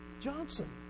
Johnson